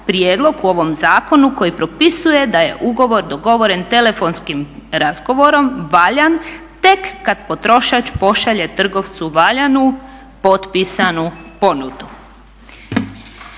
prijedlog u ovom zakonu koji propisuje da je ugovor dogovoren telefonskim razgovorom valjan tek kad potrošač pošalje trgovcu valjanu potpisanu ponudu.